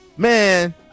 Man